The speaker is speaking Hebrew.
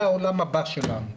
זה העולם הבא שלנו.